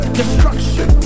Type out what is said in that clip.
destruction